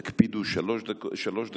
תקפידו, שלוש דקות.